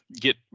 get